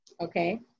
Okay